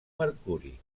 mercuri